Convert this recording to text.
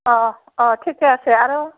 অঁ অঁ ঠিকে আছে আৰু